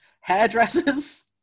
hairdressers